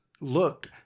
looked